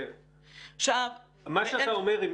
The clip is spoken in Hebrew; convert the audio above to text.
מה שאתה אומר,